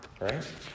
right